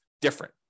different